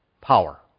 power